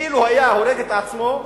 אילו היה הורג את עצמו,